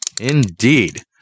Indeed